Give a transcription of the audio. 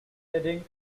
heading